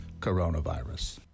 coronavirus